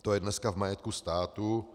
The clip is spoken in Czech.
To je dneska v majetku státu.